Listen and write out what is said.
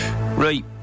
Right